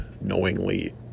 knowingly